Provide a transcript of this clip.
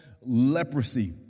leprosy